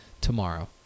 tomorrow